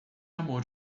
amor